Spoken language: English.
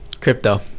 Crypto